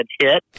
hit